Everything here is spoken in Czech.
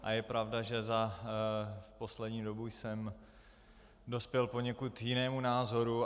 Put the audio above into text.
A je pravda, že za poslední dobu jsem dospěl k poněkud jinému názoru.